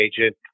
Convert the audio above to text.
agent